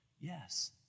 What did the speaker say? Yes